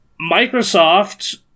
Microsoft